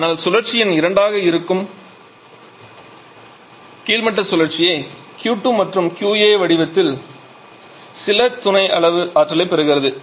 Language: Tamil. ஆனால் சுழற்சி எண் 2 ஆக இருக்கும் கீழ்மட்ட சுழற்சியைப் Q2 மற்றும் QA வடிவத்தில் சில துணை அளவு ஆற்றலை பெருகிறது